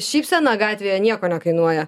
šypsena gatvėje nieko nekainuoja